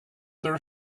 their